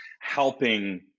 helping